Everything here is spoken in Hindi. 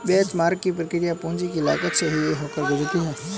बेंचमार्क की प्रक्रिया पूंजी की लागत से ही होकर गुजरती है